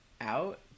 out